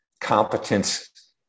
competence